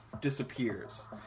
disappears